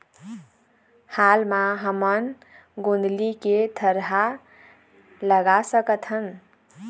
हाल मा हमन गोंदली के थरहा लगा सकतहन?